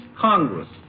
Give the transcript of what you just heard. Congress